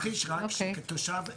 אני יכול להמחיש רק, כתושב הערבה.